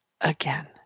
again